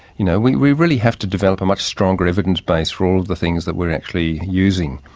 you know we really have to develop a much stronger evidence base for all of the things that we're actually using.